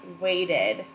waited